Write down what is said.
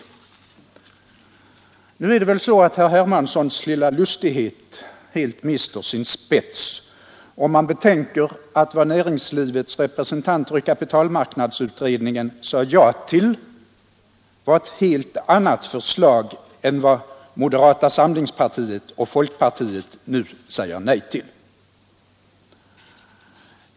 Men nu är det väl så att herr Hermanssons lilla lustighet helt mister sin spets, om man betänker att vad näringslivets representanter i kapitalmarknadsutredningen sade ja till var ett helt annat förslag än det som moderata samlingspartiet och folkpartiet nu säger nej till.